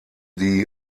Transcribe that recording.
die